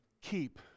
keep